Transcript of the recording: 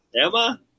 Emma